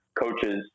coaches